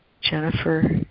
Jennifer